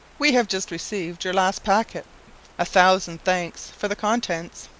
we have just received your last packet a thousand thanks for the contents.